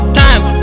time